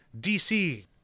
DC